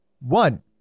One